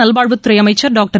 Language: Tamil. நல்வாழ்வுத்துறை அமைச்சள் டாக்டர்